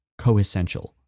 coessential